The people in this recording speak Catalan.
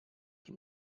qui